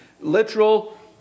literal